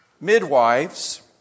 midwives